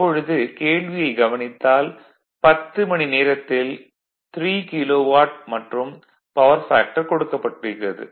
இப்பொழுது கேள்வியைக் கவனித்தால் 10 மணிநேரத்தில் 3 கிலோவாட் மற்றும் பவர் ஃபேக்டர் கொடுக்கப்பட்டு இருக்கிறது